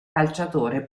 calciatore